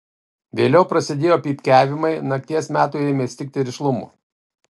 vėliau prasidėjo pypkiavimai nakties metui ėmė stigti rišlumo